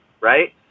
Right